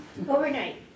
Overnight